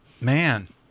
Man